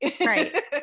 right